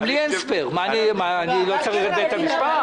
גם לי אין "ספר", מה, אני לא צריך את בית המשפט?